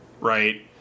Right